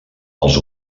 els